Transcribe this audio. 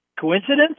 Coincidence